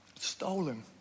stolen